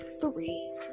three